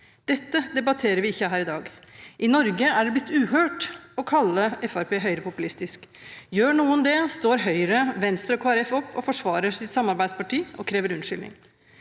Dette debatterer vi ikke her i dag. I Norge er det blitt uhørt å kalle Fremskrittspartiet høyrepopulistisk. Gjør noen det, står Høyre, Venstre og Kristelig Folkeparti opp og forsvarer sitt samarbeidsparti, og krever unnskyldning.